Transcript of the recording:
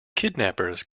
kidnappers